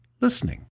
listening